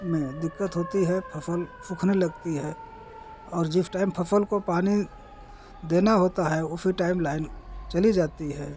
में दिक्कत होती है फसल सूखने लगती है और जिस टाइम फसल को पानी देना होता है उसी टाइम लाइन चली जाती है